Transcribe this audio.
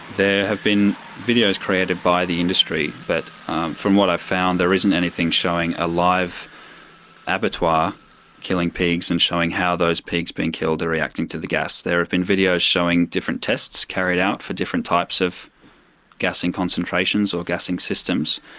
there have been videos created by the industry, but from what i've found there isn't anything showing a live abattoir killing pigs and showing how those pigs being killed are reacting to the gas. there have been videos showing different tests carried out for different types of gassing concentrations or gassing systems.